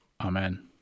Amen